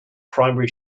primary